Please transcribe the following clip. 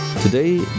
Today